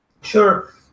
sure